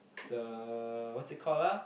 the what's it called ah